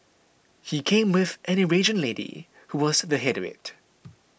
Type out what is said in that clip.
he came with an Eurasian lady who was the head of it